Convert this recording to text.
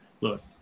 look